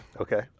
Okay